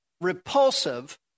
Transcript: repulsive